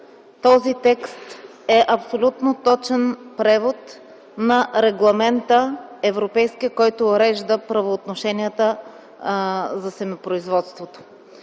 този текст е абсолютно точен превод на Европейския регламент, който урежда правоотношенията за семепроизводството.